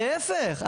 להיפך,